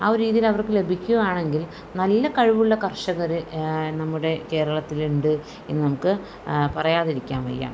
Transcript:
ആ ഒരു രീതിയിൽ അവർക്ക് ലഭിക്കുവാണെങ്കിൽ നല്ല കഴിവുള്ള കർഷകർ നമ്മുടെ കേരളത്തിൽ ഉണ്ട് എന്ന് നമുക്ക് പറയാതിരിക്കാൻ വയ്യ